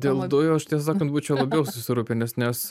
dėl dujų aš tiesą sakant būčiau labiau susirūpinęs nes